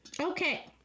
Okay